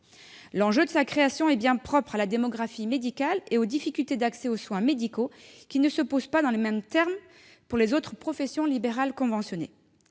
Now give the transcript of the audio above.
L'enjeu de sa création est bien propre à la démographie médicale et aux difficultés d'accès aux soins médicaux qui ne se posent pas dans les mêmes termes pour les autres professions libérales conventionnées.